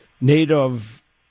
native